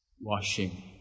washing